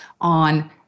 on